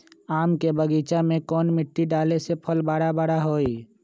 आम के बगीचा में कौन मिट्टी डाले से फल बारा बारा होई?